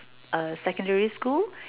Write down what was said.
uh secondary school